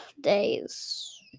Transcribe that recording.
days